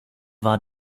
war